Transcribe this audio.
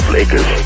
Lakers